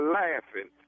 laughing